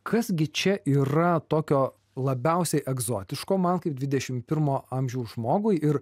kas gi čia yra tokio labiausiai egzotiško man kaip dvidešim pirmo amžiaus žmogui ir